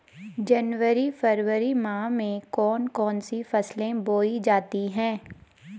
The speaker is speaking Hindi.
जनवरी फरवरी माह में कौन कौन सी फसलें बोई जाती हैं?